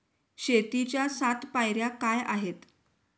शेतीच्या सात पायऱ्या काय आहेत?